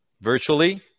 virtually